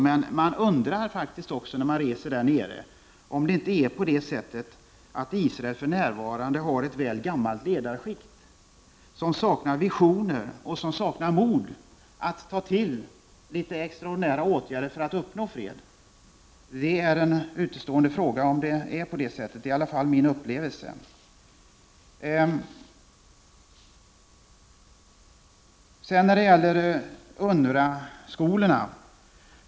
Men när man är ute och reser nere i de här områdena undrar man faktiskt om inte Israel för närvarande har ett väl gammalt ledarskikt, som saknar både visioner och mod att ta till extraordinära åtgärder för att uppnå fred. Den frågan ligger kanske utanför här. Men det är i alla fall så jag har upplevt det hela. Sedan något om UNRWA-skolorna.